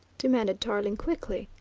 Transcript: demanded tarling quickly.